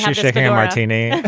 um shaking a martini